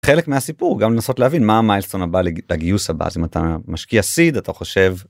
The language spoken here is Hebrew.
חלק מהסיפור הוא גם לנסות להבין מה milestone הבא לגיוס הבא אז אם אתה משקיע seed אתה חושב.